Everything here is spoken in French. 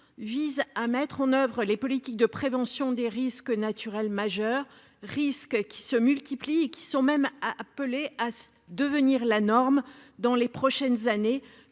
à mettre en oeuvre les politiques de prévention des risques naturels majeurs, risques qui se multiplient et qui sont même appelés à devenir la norme dans les prochaines années,